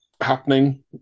happening